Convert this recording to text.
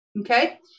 Okay